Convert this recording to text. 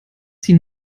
sie